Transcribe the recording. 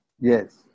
Yes